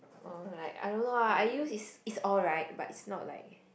oh like I don't know lah I use is it's alright but it's not like